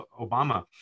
Obama